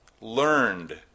Learned